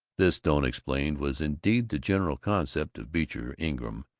this, doane explained, was indeed the general conception of beecher ingram,